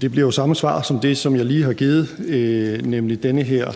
Det bliver jo det samme svar som det, jeg lige har givet, nemlig den her